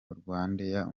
rwandair